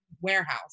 warehouse